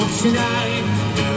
Tonight